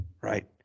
right